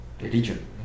Religion